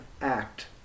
act